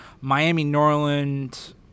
Miami-Norland